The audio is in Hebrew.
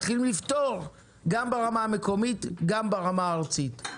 מתחילים לפתור ברמה המקומית וגם ברמה הארצית.